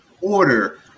order